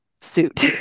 suit